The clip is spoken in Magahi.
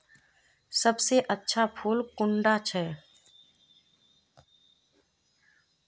सबसे अच्छा फुल कुंडा छै?